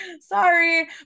sorry